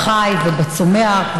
בחי ובצומח.